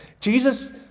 Jesus